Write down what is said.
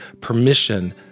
permission